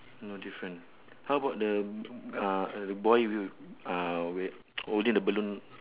no different how about the mm uh the boy with uh with holding the balloon